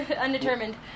Undetermined